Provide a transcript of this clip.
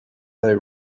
they